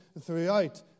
throughout